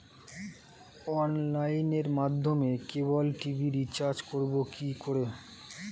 অনলাইনের মাধ্যমে cable TV recharge করব কি করে?